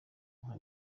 nka